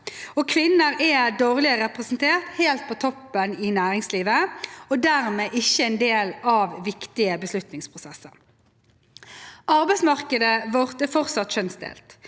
Kvinner er dårligere representert helt på toppen i næringslivet og er dermed ikke en del av viktige beslutningsprosesser. Arbeidsmarkedet vårt er fortsatt kjønnsdelt.